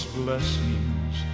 blessings